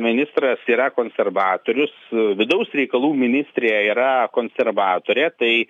ministras yra konservatorius vidaus reikalų ministrė yra konservatorė tai